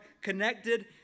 connected